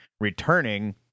returning